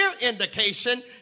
indication